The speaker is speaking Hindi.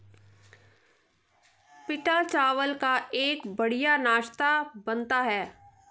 पीटा चावल का एक बढ़िया नाश्ता बनता है